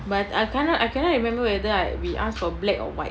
but I cannot I cannot remember whether I we asked for black or white